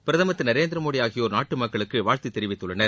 பிரதமர் திரு நரேந்திரமோடி ஆகியோர் நாட்டு மக்களுக்கு வாழ்த்து தெரிவித்துள்ளனர்